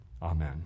Amen